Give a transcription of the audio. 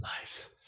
lives